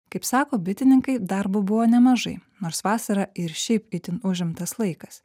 kaip sako bitininkai darbo buvo nemažai nors vasara ir šiaip itin užimtas laikas